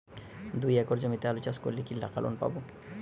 দুই একর জমিতে আলু চাষ করলে কি টাকা লোন পাবো?